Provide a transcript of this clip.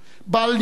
בל נטעה.